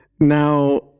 now